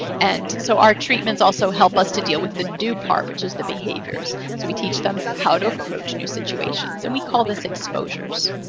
and so our treatments also help us to deal with the do part, which is the behaviors. so we teach them how to approach new situations, and we call this exposures.